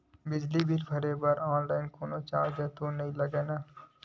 Bill भरे मा online कोनो चार्ज तो नई लागे ना?